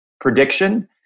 prediction